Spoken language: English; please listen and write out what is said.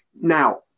Now